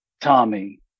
Tommy